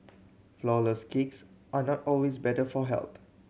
flourless cakes are not always better for health